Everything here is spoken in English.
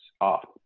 off